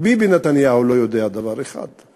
ביבי נתניהו רק לא יודע דבר אחד: